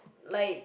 like